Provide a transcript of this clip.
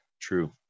True